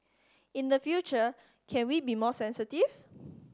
in the future can we be more sensitive